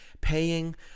paying